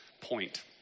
point